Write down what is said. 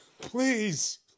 please